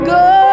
go